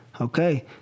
Okay